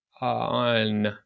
on